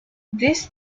this